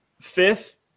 fifth